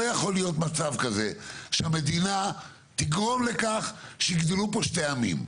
לא יכול להיות מצב כזה שהמדינה תגרום לכך שיגדלו פה שני עמים.